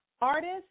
artist